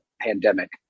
pandemic